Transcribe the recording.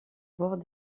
bord